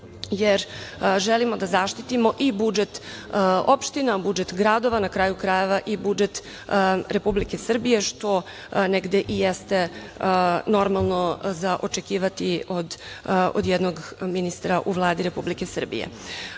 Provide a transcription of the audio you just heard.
jer želimo da zaštitimo i budžet opština, budžet gradova, na kraju krajeva i budžet Republike Srbije, što negde i jeste normalno za očekivati od jednog ministra u Vladi Republike Srbije. Ono